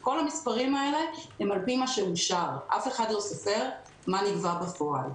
כל המספרים האלה הם על פי מה שאושר אבל אף אחד לא סופר מה נגבה בפועל.